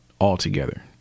altogether